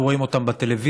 כולנו רואים אותם בטלוויזיה,